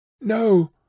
No